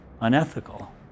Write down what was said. unethical